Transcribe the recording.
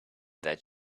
that